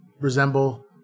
resemble